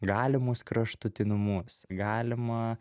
galimus kraštutinumus galima